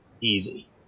easy